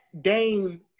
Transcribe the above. Dame